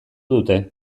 dute